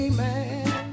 Amen